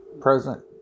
President